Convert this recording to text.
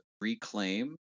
Reclaim